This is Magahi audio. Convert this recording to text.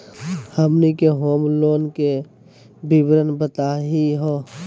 हमनी के होम लोन के विवरण बताही हो?